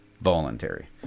voluntary